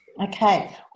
okay